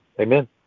Amen